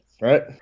right